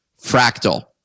fractal